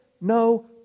no